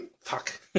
Fuck